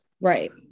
Right